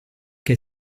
che